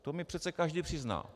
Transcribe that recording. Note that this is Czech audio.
To mně přece každý přizná.